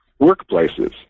workplaces